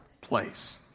place